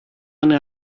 eine